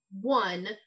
one